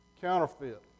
Counterfeit